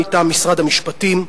מטעם משרד המשפטים,